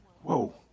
Whoa